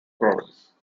province